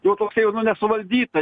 jau tokia jau nu nesuvaldyta